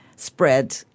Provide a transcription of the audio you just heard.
spread